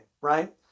right